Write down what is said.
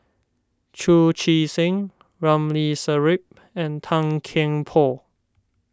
Chu Chee Seng Ramli Sarip and Tan Kian Por